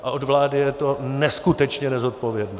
A od vlády je to neskutečně nezodpovědné.